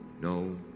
no